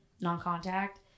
non-contact